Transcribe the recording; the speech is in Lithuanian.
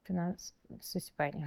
finans susipainiojau